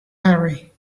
hurry